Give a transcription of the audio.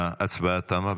ההצבעה תמה.